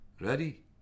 Ready